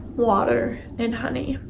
water, and honey